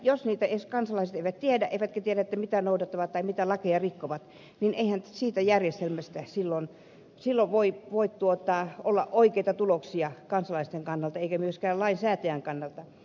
jos edes kansalaiset eivät tiedä mitä lakeja noudattavat tai mitä lakeja rikkovat niin eihän siitä järjestelmästä silloin voi olla oikeita tuloksia kansalaisten eikä myöskään lainsäätäjän kannalta